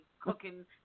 cooking